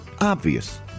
Obvious